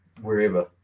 wherever